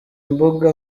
imbuga